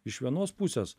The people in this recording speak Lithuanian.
iš vienos pusės